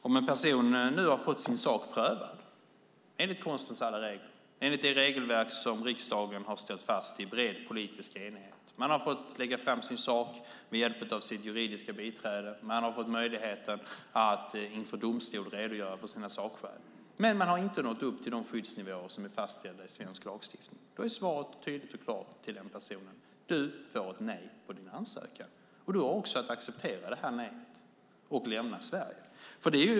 Om en person har fått sin sak prövad enligt konstens alla regler, enligt det regelverk som riksdagen har ställt fast i bred politisk enighet, man har fått lägga fram sin sak med hjälp av sitt juridiska biträde, man har fått möjlighet att inför domstol redogöra för sina sakskäl, men man har inte nått upp till de skyddsnivåer som är fastställda i svensk lagstiftning, är svaret tydligt och klart till den personen ett nej på ansökan. Då har man att acceptera nejet och lämna Sverige.